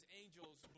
angels